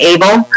Able